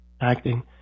acting